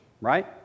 right